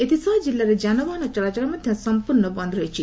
ଏଥିସହ ଜିଲ୍ଲାରେ ଯାନବାହାନ ଚଳାଚଳ ମଧ୍ଧ ସଂପୂର୍ଣ୍ଡ ବନ୍ଦ ରହିଛି